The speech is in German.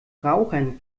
rauchern